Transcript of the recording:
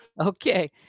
Okay